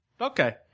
Okay